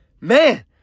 man